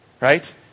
Right